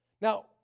Now